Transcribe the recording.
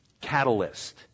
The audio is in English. catalyst